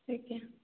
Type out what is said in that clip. ଆଜ୍ଞା